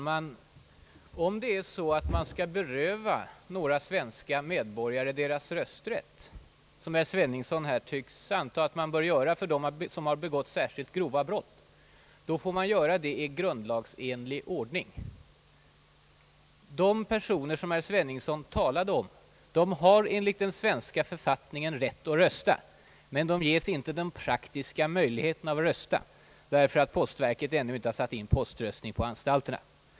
Herr talman! Om man skall beröva vissa svenska medborgare deras rösträtt, som herr Sveningsson här tycks vilja för dem som begått särskilt grova brott, måste man göra det i grundlagsenlig ordning. De personer som herr Sveningsson talade om har enligt den svenska författningen rätt att rösta. Men de ges inte de praktiska möjligheterna att rösta, därför att postverket ännu inte satt in poströstning på anstalterna.